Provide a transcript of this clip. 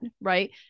Right